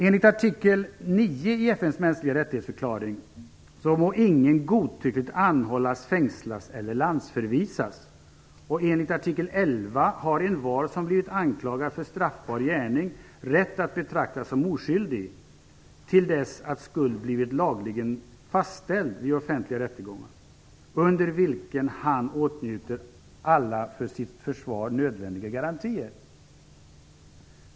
Enligt artikel 9 i FN:s Mänskliga rättighetsförklaring må ingen godtyckligt anhållas, fängslas eller landsförvisas. Och enligt artikel 11 har envar som blivit anklagad för straffbar gärning rätt att betraktas som oskyldig till dess hans skuld blivit lagligen fastställd vid offentlig rättegång under vilken han åtnjuter alla för sitt försvar nödvändiga garantier.